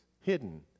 hidden